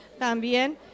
también